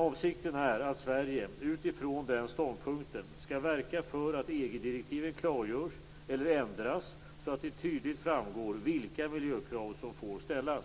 Avsikten är att Sverige utifrån den ståndpunkten skall verka för att EG direktiven klargörs eller ändras så att det tydligt framgår vilka miljökrav som får ställas.